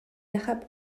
arabes